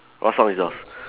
what song is yours